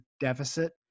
deficit